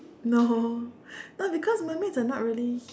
no no because mermaids are not really